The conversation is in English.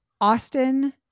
Austin